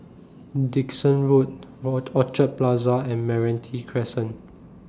Dickson Road Orchard Plaza and Meranti Crescent